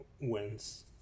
wins